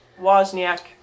Wozniak